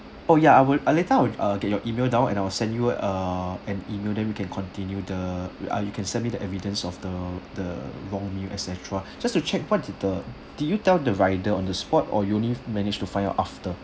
oh ya I would uh later I will uh get your email down and I will send you a an email then we can continue the ah you can send me the evidence of the the wrong meal etcetera just to check what did the did you tell the rider on the spot or you only managed to find out after